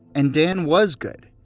and dan was good.